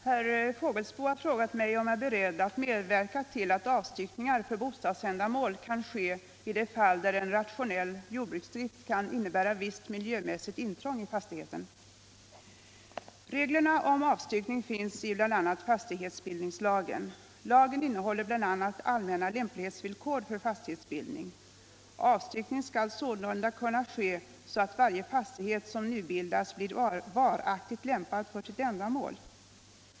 Herr talman! Herr Fågelsbo har frågat mig om jag är beredd att medverka till att avstyckningar för bostadsändamål kan ske i de fall där en rationell jordbruksdrift kan innebära visst miljömässigt intrång i fastigheten. Reglerna om avstyckning finns i bl.a. fastighetsbildningslagen. Lagen innehåller bl.a. allmänna lämplighetsvillkor för fastighetsbildning. Avstyckning skall sålunda kunna ske så att varje fastighet som nybildas blir varaktigt lämpad för sitt ändamål.